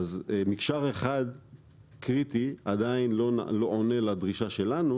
מקשר אחד קריטי עדיין לא עונה לדרישה שלנו